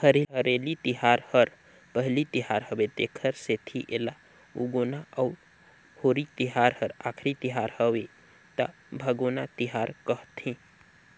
हरेली तिहार हर पहिली तिहार हवे तेखर सेंथी एला उगोना अउ होरी तिहार हर आखरी तिहर हवे त भागोना तिहार कहथें